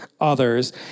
others